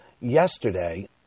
yesterday